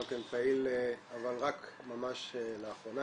גם כן פעיל אבל רק ממש לאחרונה,